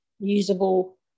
usable